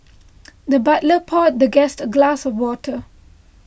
the butler poured the guest a glass of water